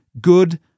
good